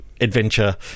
adventure